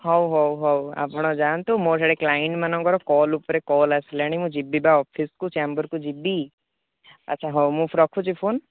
ହଉ ହଉ ହଉ ଆପଣ ଯାଆନ୍ତୁ ମୋର ସିୟାଡ଼େ କ୍ଲାଇଣ୍ଟମାନଙ୍କର କଲ୍ ଉପରେ କଲ୍ ଆସିଲାଣି ମୁଁ ଯିବି ବା ଅଫିସ୍କୁ ଚାମ୍ବରକୁ ଯିବି ଆଚ୍ଛା ହଉ ମୁଁ ରଖୁଛି ଫୋନ୍